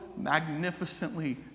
magnificently